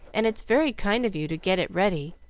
and it is very kind of you to get it ready.